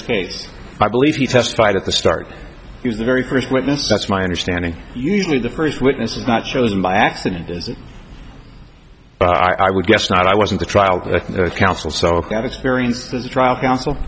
sequence i believe he testified at the start he was the very first witness that's my understanding usually the first witness was not chosen by accident i would guess not i wasn't the trial counsel so that experience the trial counsel